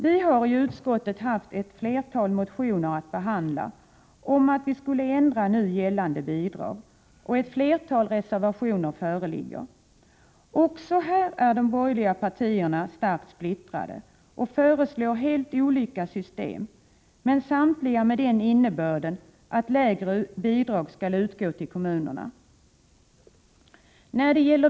Vi har i utskottet haft att behandla ett stort antal motioner om att vi skall ändra nu gällande bidrag, och det föreligger flera reservationer. Också på denna punkt är de borgerliga partierna starkt splittrade och föreslår helt olika system, samtliga dock med den innebörden att lägre bidrag skall utgå till kommunerna.